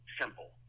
simple